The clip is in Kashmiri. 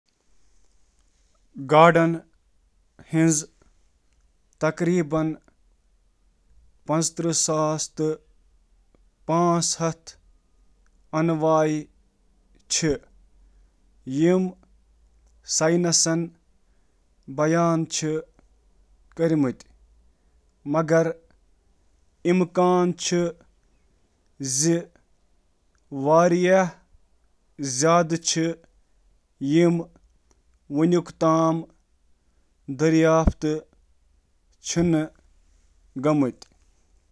گاڈن ہنٛز تقریباً پانٛژترٕہ ساس، پانٛژھ ہتھ, بیان شدٕ انواع چِھ، مگر انواعک اصل تعداد چِھ ممکنہ طورس پیٹھ واریاہ زیادٕ۔